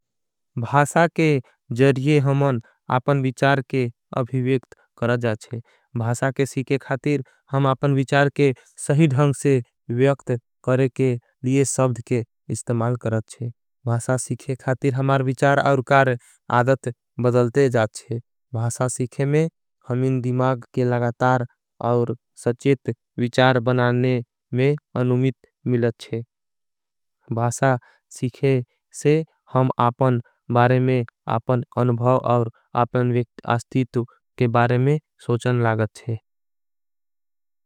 भासा के जर्ये हमन आपन विचार के अभिविक्त कर जाच्छे। भासा के सीखे खातिर हम आपन विचार के सही ढंग से। विव्यक्त करे के लिए सब्द के इस्तेमाल करच्छे भासा। सीखे खातिरहमार विचार और कार आदत बदलते। जाच्छेभासा सीखे में हम इन दिमाग के लगतार। और सच्चेत विचार बनाने में अनुमित मिलत छे। भासा सीखे से हम आपन बारे में आपन अनुभाव। और आपन विक्त आस्तीत के बारे में सोचन लागत छे।